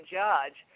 judge